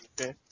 Okay